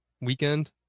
weekend